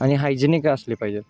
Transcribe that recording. आणि हायजीनिक असली पाहिजे